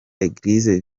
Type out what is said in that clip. eglise